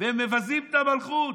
והם מבזים את המלכות,